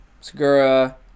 Segura